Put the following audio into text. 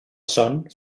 son